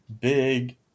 big